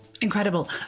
Incredible